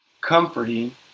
comforting